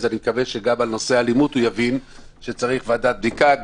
אז אני מקווה שגם על נושא האלימות הוא יבין שצריך ועדת בדיקה.